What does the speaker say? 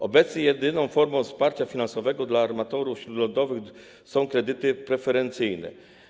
Obecnie jedyną formą wsparcia finansowego dla armatorów śródlądowych są kredyty preferencyjne.